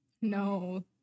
no